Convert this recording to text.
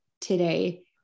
today